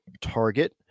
target